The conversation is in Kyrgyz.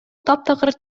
таптакыр